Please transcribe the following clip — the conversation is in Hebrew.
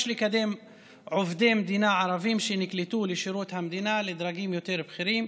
יש לקדם עובדי מדינה ערבים שנקלטו לשירות המדינה לדרגים יותר בכירים.